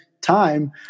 time